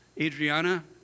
Adriana